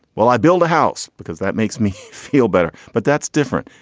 well, i build a house because that makes me feel better. but that's different.